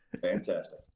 Fantastic